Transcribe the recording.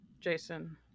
Jason